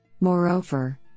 Moreover